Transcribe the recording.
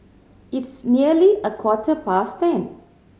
its nearly a quarter past ten